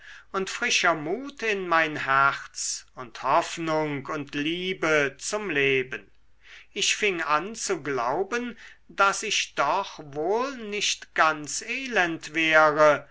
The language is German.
und frischer mut in mein herz und hoffnung und liebe zum leben ich fing an zu glauben daß ich doch wohl nicht ganz elend wäre